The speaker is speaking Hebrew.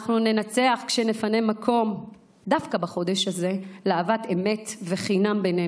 אנחנו ננצח כשנפנה מקום דווקא בחודש הזה לאהבת אמת ואהבת חינם בינינו,